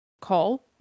call